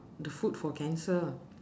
the food for cancer